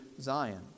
Zion